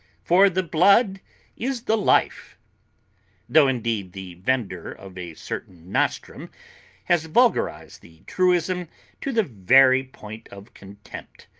for the blood is the life though, indeed, the vendor of a certain nostrum has vulgarised the truism to the very point of contempt.